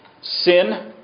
sin